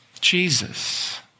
Jesus